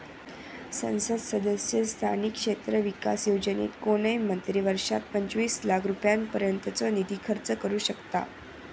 संसद सदस्य स्थानिक क्षेत्र विकास योजनेत कोणय मंत्री वर्षात पंचवीस लाख रुपयांपर्यंतचो निधी खर्च करू शकतां